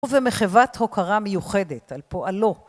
ובמחוות הוקרה מיוחדת, על פועלו...